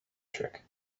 trick